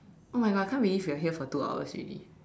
oh my god I can't believe we are here for two hours already